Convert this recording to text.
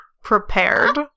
prepared